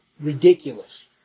ridiculous